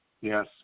Yes